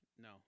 No